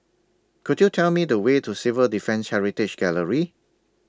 Could YOU Tell Me The Way to Civil Defence Heritage Gallery